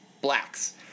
blacks